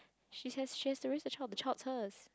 she has she has to raise the child the child's hers